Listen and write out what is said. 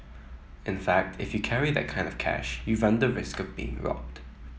in fact if you carry that kind of cash you run the risk of being robbed